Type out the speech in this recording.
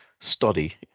study